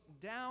down